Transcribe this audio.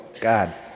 God